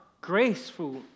graceful